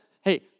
hey